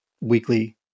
weekly